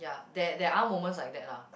there there are moments like that lah